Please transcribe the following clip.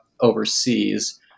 overseas